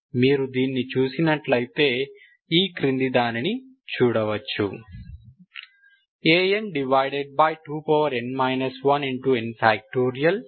మీరు దీన్ని చేసినట్లయితే ఈ క్రింది దానిని చూడవచ్చు An2n 1n